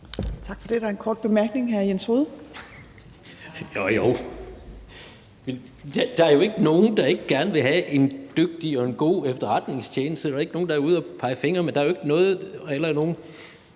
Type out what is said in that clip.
Tak for det. Der er en kort bemærkning. Hr. Jens Rohde. Kl. 19:32 Jens Rohde (KD): Jo, jo, der er jo ikke nogen, der ikke gerne vil have en dygtig og god efterretningstjeneste. Der er ikke nogen, der er ude og pege fingre. Men der er jo ikke noget, heller ikke